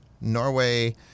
Norway